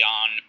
on